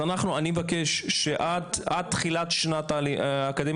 אז אני מבקש שעד תחילת השנה האקדמית,